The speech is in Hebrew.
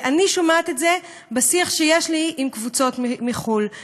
אני שומעת את זה בשיח שיש לי עם קבוצות מחו"ל,